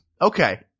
Okay